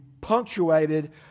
punctuated